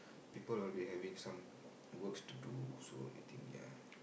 people will be having some works to do so I think ya